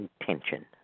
intention